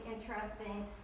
interesting